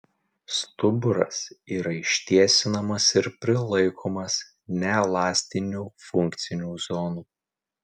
stuburas yra ištiesinamas ir prilaikomas neelastinių funkcinių zonų